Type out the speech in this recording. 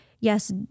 yes